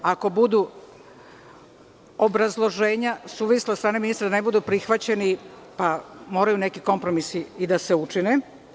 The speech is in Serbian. Ako budu obrazloženja suvisla od strane ministra da ne budu prihvaćeni, pa moraju neki kompromisi i da se učine.